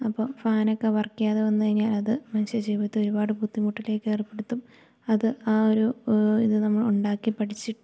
അപ്പം ഫാനൊക്കെ വർക്ക് ചെയ്യാതെ വന്ന് കഴിഞ്ഞാലത് മനുഷ്യ ജീവിതത്തേ ഒരുപാട് ബുദ്ധിമുട്ടിലേക്കേർപ്പെട്ത്തും അത് ആ ഒരു ഇത് നമ്മൾ ഉണ്ടാക്കി പഠിച്ചിട്ട്